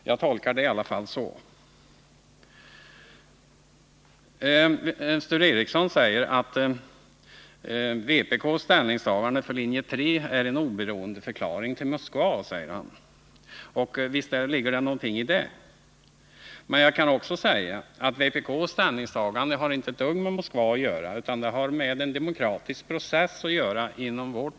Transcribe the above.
Jag tolkar det i alla fall så. Sture Ericson säger att vpk:s ställningstagande för linje 3 är en oberoendeförklaring i förhållande till Moskva. Och visst ligger det någonting i det. Men jag kan också säga att vpk:s ställningstagande inte har ett dugg med Moskva att göra, utan det har med en demokratisk process inom vårt parti att göra.